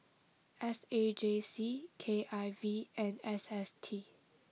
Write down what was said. S A J C K I V and S S T